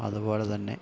അതുപോലെത്തന്നെ